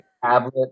tablet